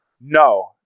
No